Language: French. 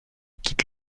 quitte